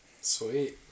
Sweet